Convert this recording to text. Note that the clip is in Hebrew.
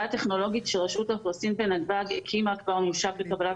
הטכנולוגית של רשות האוכלוסין בנתב"ג הקימה כבר ממשק לקבלת